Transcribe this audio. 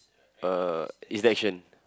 uh is the action